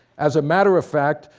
as a matter of fact,